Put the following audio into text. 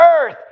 earth